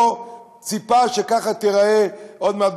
לא ציפה שככה היא תיראה עוד מעט,